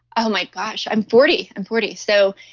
oh my gosh, i'm forty. i'm forty. so.